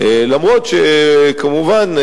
אף-על-פי שכמובן,